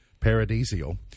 paradisial